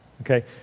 Okay